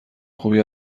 خوبی